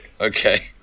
Okay